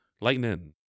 Lightning